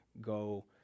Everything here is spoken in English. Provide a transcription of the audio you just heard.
go